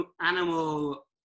animal